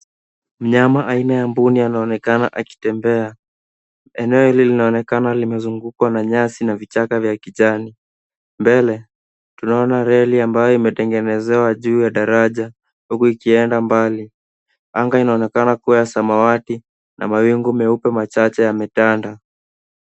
Mnyama aina ya mbuni anaonekana akitembea. Eneo hili linaonekana limezungukwa na nyasi na vichaka vya kijani. Mbele, tunaona reli ambayo imetengenezewa juu ya daraja, huku ikienda mbali. Anga inaonekana kuwa ya samawati na mawingu meupe machache yametanda.